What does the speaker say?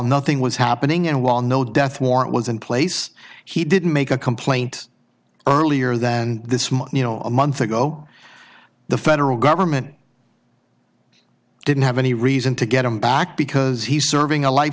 nothing was happening and while no death warrant was in place he didn't make a complaint earlier than this month you know a month ago the federal government didn't have any reason to get him back because he's serving a life